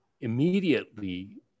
immediately